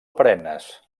perennes